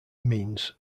means